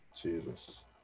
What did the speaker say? Jesus